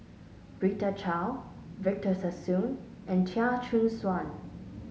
Rita Chao Victor Sassoon and Chia Choo Suan